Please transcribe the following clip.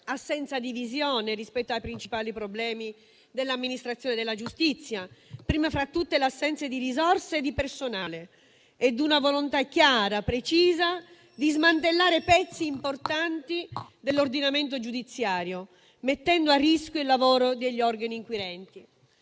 assenza di visione rispetto ai principali problemi dell'amministrazione della giustizia, primo fra tutti l'assenza di risorse di personale, e una volontà chiara, precisa, di smantellare pezzi importanti dell'ordinamento giudiziario, mettendo a rischio il lavoro degli organi inquirenti.